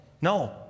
No